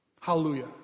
Hallelujah